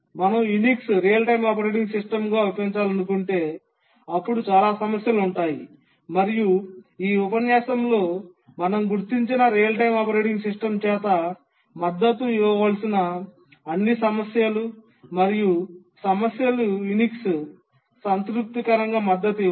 మనం యునిక్స్ను real time operating సిస్టమ్గా ఉపయోగించాలనుకుంటే అప్పుడు చాలా సమస్యలు ఉంటాయి మరియు ఈ ఉపన్యాసంలో మనం గుర్తించిన రియల్ టైమ్ ఆపరేటింగ్ సిస్టమ్ చేత మద్దతు ఇవ్వవలసిన అన్ని సమస్యలు మరియు సమస్యలు యునిక్స్ సంతృప్తికరంగా మద్దతు ఇవ్వవు